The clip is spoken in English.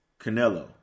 Canelo